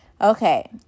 okay